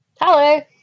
hello